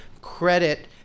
credit